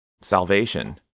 salvation